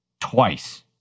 twice